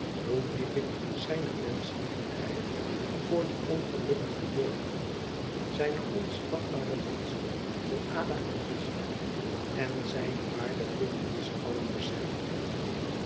hoe diep ik zijne menschlievendheid voor dien ongelukkigen jo zijne onschatbare diensten aan ada en richard en zijne waarde voor ons allen besef